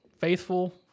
faithful